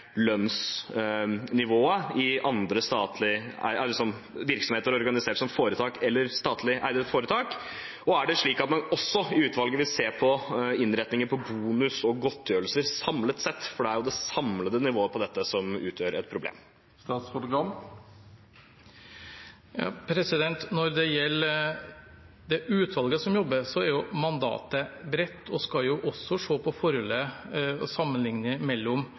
lønnsnivået i virksomheter organisert som foretak eller statlig eide foretak? Og vil man også i utvalget se på innretninger på bonus og godtgjørelser samlet sett, for det er jo det samlede nivået på dette som utgjør et problem. Når det gjelder utvalget som jobber med dette, er mandatet bredt, og de skal også sammenlikne og se på forholdet